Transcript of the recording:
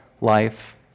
life